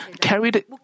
carried